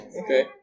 Okay